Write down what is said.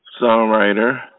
songwriter